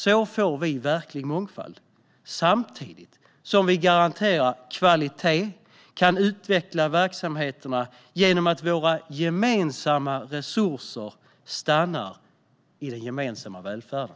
Så får vi verklig mångfald samtidigt som vi garanterar kvalitet och kan utveckla verksamheterna genom att våra gemensamma resurser stannar i den gemensamma välfärden.